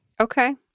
Okay